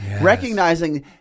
recognizing